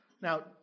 Now